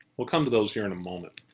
we'll come to those here in a moment.